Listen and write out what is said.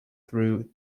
through